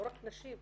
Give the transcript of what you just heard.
לא רק נשים,